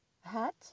Hat